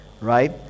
right